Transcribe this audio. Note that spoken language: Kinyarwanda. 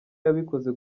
yabikoze